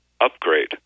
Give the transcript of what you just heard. upgrade